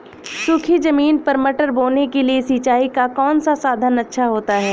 सूखी ज़मीन पर मटर बोने के लिए सिंचाई का कौन सा साधन अच्छा होता है?